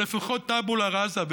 או לפחות טבולה רסה.